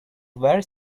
very